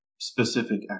Specific